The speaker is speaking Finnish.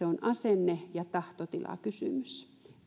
asenne ja tahtotilakysymys